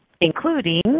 including